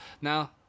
Now